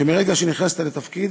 שמרגע שנכנסת לתפקיד,